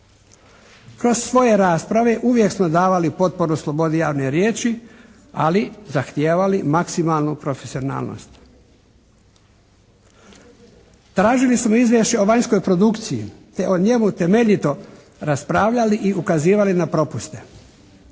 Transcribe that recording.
Kroz svoje rasprave uvijek smo davali potporu slobodi javne riječi ali zahtijevali maksimalnu profesionalnost. Tražili smo izvješće o vanjskoj produkciji te o njemu temeljito raspravljali i ukazivali na propuste.